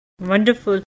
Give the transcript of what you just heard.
Wonderful